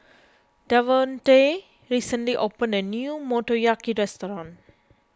Davonte recently opened a new Motoyaki restaurant